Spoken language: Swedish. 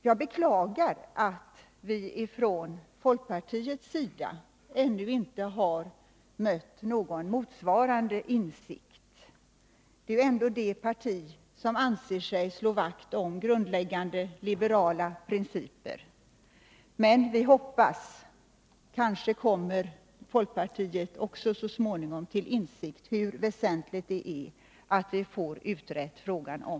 Jag beklagar att vi ännu inte har mött någon motsvarande insikt från folkpartiets sida. Folkpartiet är ändå det parti som anser sig slå vakt om grundläggande liberala principer. Men vi hoppas att kanske också folkpartiet Nr 43 så småningom kommer till insikt om hur väsentligt det är att frågan om